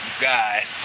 guy